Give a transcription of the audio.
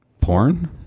Porn